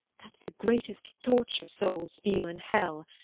that s the greatest torture souls feel in hell,